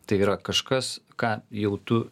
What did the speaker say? tai yra kažkas ką jau tu